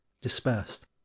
dispersed